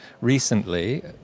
recently